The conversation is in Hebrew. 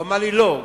הוא אמר לי: לא.